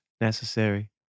necessary